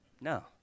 no